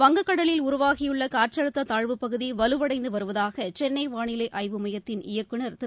வங்கக்கடலில் உருவாகியுள்ள காற்றழுத்த தாழ்வுப் பகுதி வலுவடைந்து வருவதாக சென்னை வானிலை ஆய்வு மையத்தின் இயக்குநா் திரு